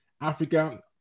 africa